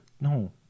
No